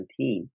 2017